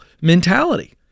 mentality